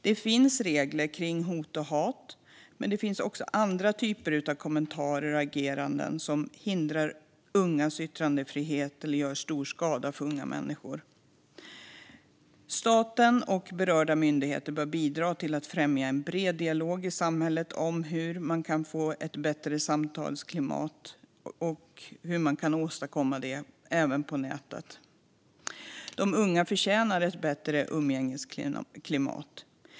Det finns regler kring hot och hat, men det finns också andra typer av kommentarer och ageranden som hindrar ungas yttrandefrihet och gör stor skada för unga människor. Staten och berörda myndigheter bör bidra till att främja en bred dialog i samhället om hur ett bättre samtalsklimat kan åstadkommas på nätet. De unga förtjänar ett bättre umgängesklimat.